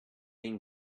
been